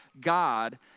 God